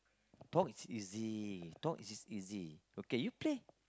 talk is easy talk is is easy okay you play